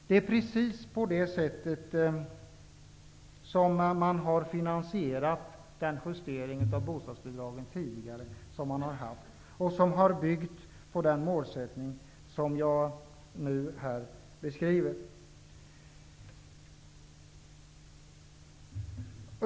Det är precis på det sättet man har finansierat den tidigare justeringen av bostadsbidragen, som har byggt på den målsättning som jag här har beskrivit.